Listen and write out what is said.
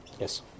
Yes